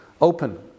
open